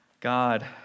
God